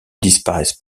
disparaissent